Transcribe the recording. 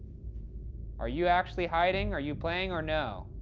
are you actually hiding? are you playing or no?